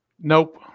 Nope